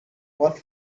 was